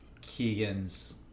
Keegan's